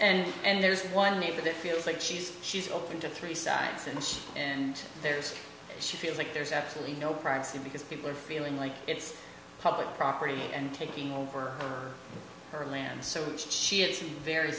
it and there's one neighbor that feels like she's she's open to three sites and and there's she feels like there's absolutely no privacy because people are feeling like it's public property and taking over her land so she